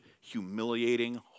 humiliating